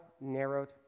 narrowed